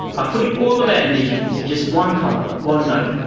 by putting all of our energy into just one colour, one note,